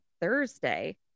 Thursday